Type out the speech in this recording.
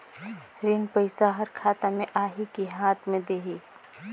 ऋण पइसा हर खाता मे आही की हाथ मे देही?